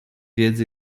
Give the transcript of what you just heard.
wiedzy